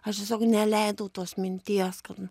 aš tiesiog neleidau tos minties kad